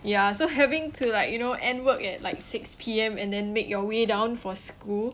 ya so having to like you know end work at like six P_M and then make your way down for school